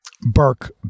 Burke